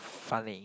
funny